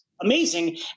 amazing